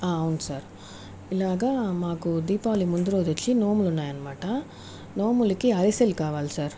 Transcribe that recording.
అవును సార్ ఇలాగ మాకు దీపావళి ముందు రోజు వచ్చి నోములు ఉన్నాయన్నమాట నోములకి అరిసెలు కావాలి సార్